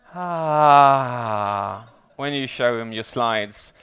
ahh when you show them your slides.